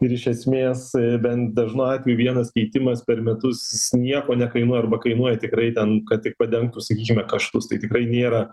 ir iš esmės bent dažnu atveju vienas keitimas per metus nieko nekainuoja arba kainuoja tikrai ten kad tik padengtų sakykime kaštus tai tikrai nėra